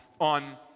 on